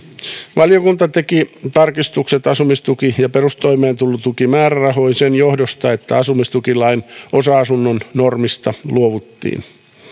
valiokunta teki tarkistukset asumistuki ja perustoimeentulotukimäärärahoihin sen johdosta että asumistukilain osa asunnon normista luovuttiin